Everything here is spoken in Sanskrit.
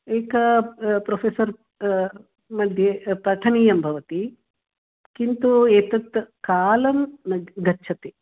एक प्रोफेसर्मध्ये पठनीयं भवति किन्तु एतत् कालं न गच्छति